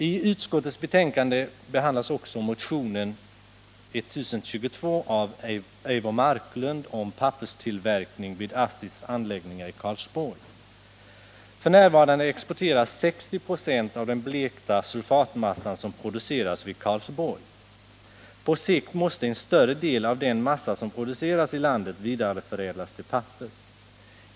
I utskottets betänkande behandlas också motionen 1022 av Eivor Marklund om papperstillverkning vid ASSI:s anläggningar i Karlsborg. F. n. exporteras 60 24 av den blekta sulfatmassa som produceras i Karlsborg. På sikt måste en större del av den massa som produceras i landet vidareförädlas till papper.